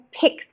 pick